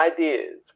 Ideas